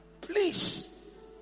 Please